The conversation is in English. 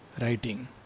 writing